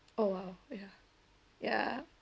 oh !wow! ya ya